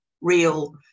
real